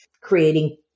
creating